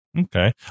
Okay